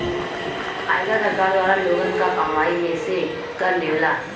आयकर सरकार द्वारा लोगन क कमाई में से कर लेवला